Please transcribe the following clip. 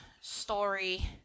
story